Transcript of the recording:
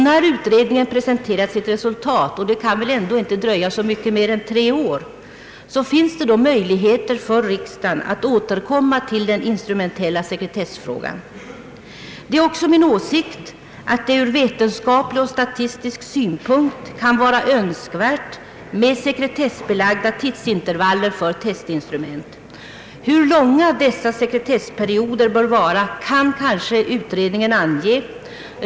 När utredningen presenterar sitt resultat — det kan väl inte dröja så mycket mer än tre år — finns det möjligheter för riksdagen att återkomma till frågan om den instrumentella sekretessen. Det är också min åsikt att det ur vetenskaplig och statistisk synpunkt kan vara önskvärt med sekretessbelagda tidsintervaller för testinstrumenten. Hur långa dessa sekretessperioder bör vara kan kanske utredningen ange.